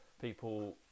people